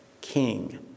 king